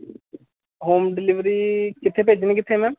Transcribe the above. home delivery ਕਿੱਥੇ ਭੇਜਣੀ ਕਿੱਥੇ ਮੈਮ